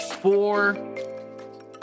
four